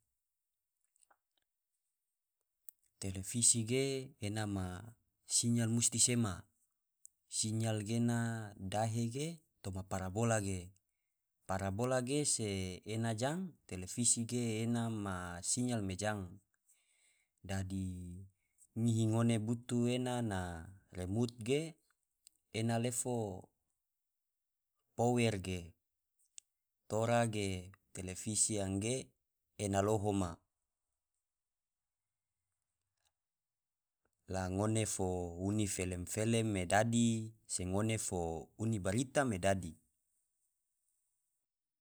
Televisi ge ena ma siyal musti sema, siyal ge ena dahe ge toma parabola ge, parabola ge se ena jang televisi ge ena ma siyal me jang, dadi ngihi ngone butu ena na remut ge ena lefo power ge tora ge, televisi angge ena loho ma, la ngone fo uni felem-felem me dadi se ngone fo uni berita me dadi'.